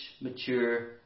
mature